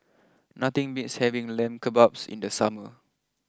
nothing beats having Lamb Kebabs in the summer